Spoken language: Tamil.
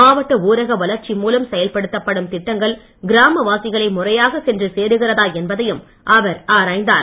மாவட்ட ஊரக வளர்ச்சி மூலம் செயல்படுத்தப்படும் திட்டங்கள் கிராமவாசிகளை முறையாக சென்று சேருகிறதா என்பதையும் அவர் ஆராய்ந்தார்